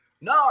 no